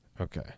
Okay